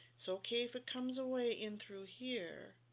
it's okay if it comes away in through here